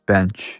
Bench